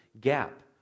gap